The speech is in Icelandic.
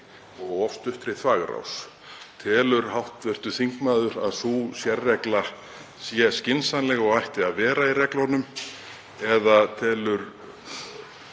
og of stuttri þvagrás? Telur hv. þingmaður að sú sérregla sé skynsamleg og ætti að vera í reglunum, eða telur